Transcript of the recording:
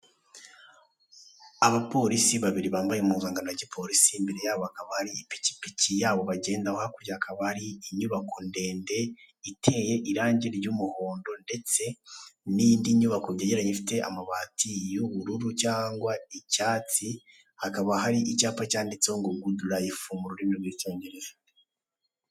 Abapolisi babiri bambaye muzankano ya gipolisi imbere yabo bakaba ari ipikipiki yabo bagenda hakurya hakaba hari inyubako ndende iteye irangi ry'umuhondo, ndetse n'indi nyubako byeraranye ifite amabati y'ubururu cyangwa icyatsi hakaba hari icyapa cyanditseho ngo gudurifu mu rurimi rw'icyongereza.